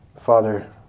Father